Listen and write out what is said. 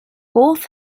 both